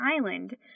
island